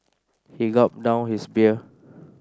he gulped down his beer